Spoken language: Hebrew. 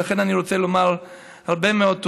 ולכן אני רוצה לומר הרבה מאוד תודות,